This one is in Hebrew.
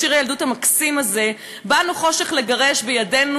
שיר הילדות המקסים הזה: "באנו חושך לגרש / בידינו